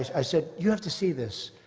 i said, you have to see this.